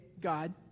God